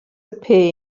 appear